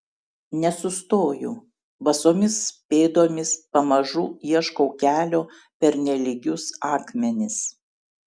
nesustoju basomis pėdomis pamažu ieškau kelio per nelygius akmenis